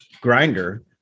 grinder